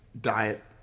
diet